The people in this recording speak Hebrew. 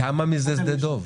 כמה מזה שדה דב?